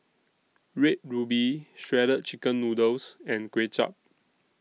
Red Ruby Shredded Chicken Noodles and Kway Chap